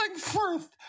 first